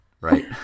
right